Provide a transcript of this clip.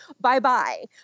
bye-bye